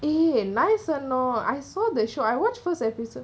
eh nice or not I saw the show I watch first episode